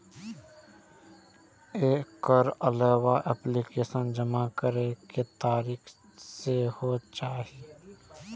एकर अलावा एप्लीकेशन जमा करै के तारीख सेहो चाही